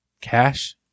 cash